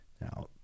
Now